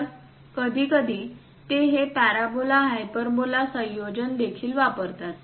तर कधीकधी ते हे पॅराबोला हायपरबोला संयोजन देखील वापरतात